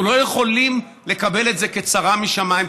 אנחנו לא יכולים לקבל את זה כצרה משמיים,